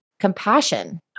compassion